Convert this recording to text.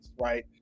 right